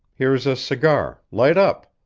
here is a cigar light up!